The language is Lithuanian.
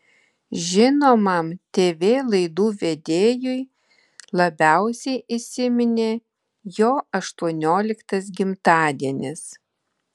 žinomam tv laidų vedėjui labiausiai įsiminė jo aštuonioliktas gimtadienis